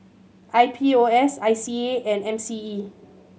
I P O S I C A and M C E